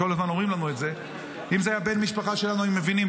כל הזמן אומרים לנו את זה: אם זה היה בן משפחה שלנו היינו מבינים.